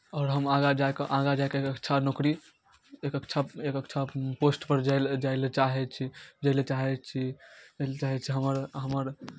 आओर हम आगाँ जा कऽ आगाँ जा कऽ अच्छा नौकरी एक अच्छा एक अच्छा पोस्टपर जाय लेल जाय लेल चाहै छी जाय लेल चाहै छी जाय लेल चाहै छी हमर हमर